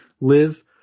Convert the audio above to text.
live